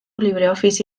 libreoffice